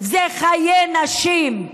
זה חיי נשים,